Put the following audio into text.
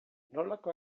nolako